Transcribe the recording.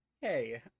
hey